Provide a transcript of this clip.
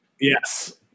Yes